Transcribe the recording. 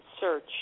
search